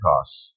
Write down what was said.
costs